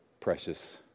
precious